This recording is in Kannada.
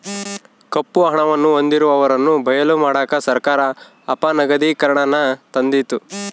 ಕಪ್ಪು ಹಣವನ್ನು ಹೊಂದಿರುವವರನ್ನು ಬಯಲು ಮಾಡಕ ಸರ್ಕಾರ ಅಪನಗದೀಕರಣನಾನ ತಂದಿತು